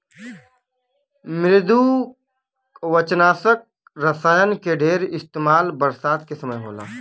मृदुकवचनाशक रसायन के ढेर इस्तेमाल बरसात के समय होला